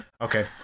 Okay